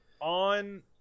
On